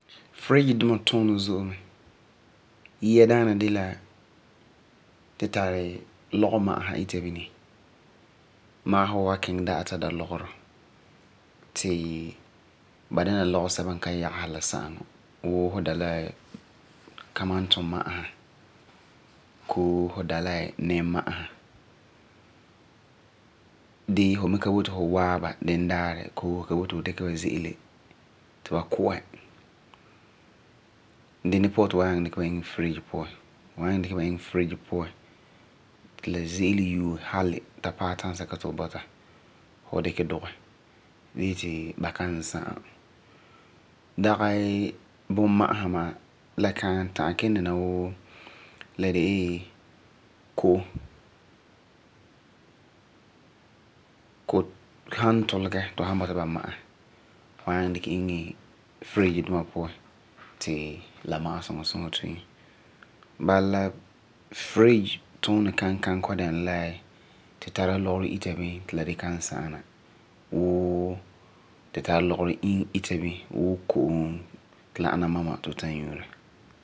Fridge duma tuunɛ zo'e mɛ. Yia daana de la ti tari lɔgema'asa ita bini. Magesɛ wuu, fu san kiŋɛ da'a ta da lɔgerɔ. Ti ba dɛna lɔseto n ka yagesi la sa'aŋɔ. Wuu fu data kamantoma'asa bii fu da la ninma'asa gee ti fu ka bɔta ti fu wae ba di daarɛ koo fu ka boti ti fu dikɛ ba ze'ele ti ba ku'ɛ. Dagi bii bunma'asa ma'a la kan ta'am kelum dɛna wuu la de la ko'om. Ko'om san tulege ti fu san bɔta ba ma'a fu ta'am kelum dikɛ Ba iŋɛ fridge puan ti ba ma'a. Wuu tu tara lɔgerɔ ita bini wuu ko'om ita bini ti la ana mama ti tu ta'am nyuuura.